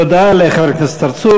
תודה לחבר הכנסת צרצור.